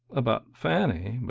about fanny?